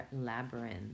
labyrinth